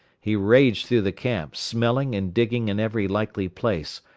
he raged through the camp, smelling and digging in every likely place,